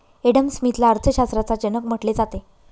Adam स्मिथला अर्थशास्त्राचा जनक म्हटले जाते